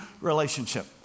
relationship